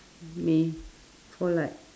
me for like